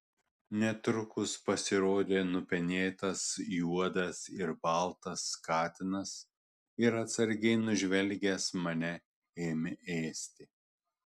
netrukus pasirodė nupenėtas juodas ir baltas katinas ir atsargiai nužvelgęs mane ėmė ėsti